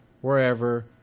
wherever